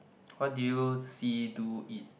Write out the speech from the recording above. what do you see do eat